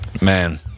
man